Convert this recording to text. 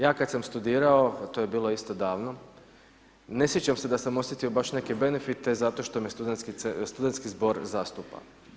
Ja kad sam studirao, a to je bilo isto davno, ne sjećam se da sam osjetio baš neke benefite zašto što me studentski zbor zastupa.